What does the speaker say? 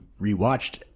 rewatched